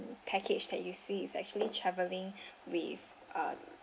package that you see is actually traveling with um